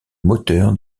moteur